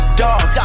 dog